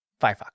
Firefox